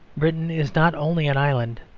britain is not only an island,